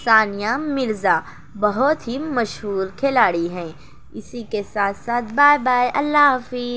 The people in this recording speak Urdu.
ثانیہ مرزا بہت ہی مشہور کھلاڑی ہیں اسی کے ساتھ ساتھ بائے بائے اللہ حافظ